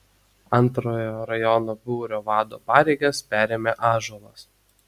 antrojo rajono būrio vado pareigas perėmė ąžuolas